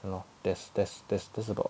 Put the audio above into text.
!hannor! that's that's that's that's about